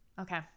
Okay